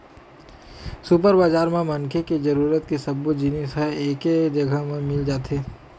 super बजार म मनखे के जरूरत के सब्बो जिनिस ह एके जघा म मिल जाथे